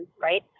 right